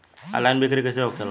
Online बिक्री कैसे होखेला?